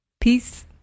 Peace